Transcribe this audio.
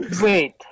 Wait